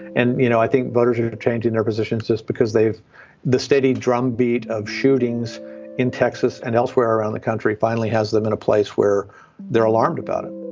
and you know i think voters are changing their positions just because they've the steady drumbeat of shootings in texas and elsewhere around the country finally has them in a place where they're alarmed about it